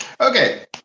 Okay